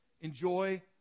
enjoy